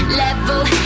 level